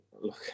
look